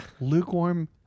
Lukewarm